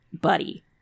buddy